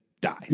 dies